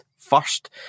first